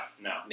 no